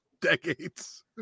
decades